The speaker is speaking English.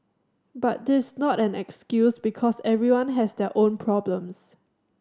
but this not an excuse because everyone has their own problems